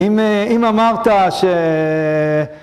אם אמרת ש...